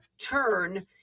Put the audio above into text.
turn